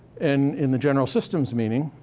and in the general systems meaning,